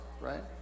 right